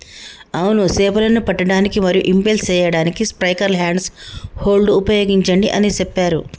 అవును సేపలను పట్టడానికి మరియు ఇంపెల్ సేయడానికి స్పైక్లతో హ్యాండ్ హోల్డ్ ఉపయోగించండి అని సెప్పారు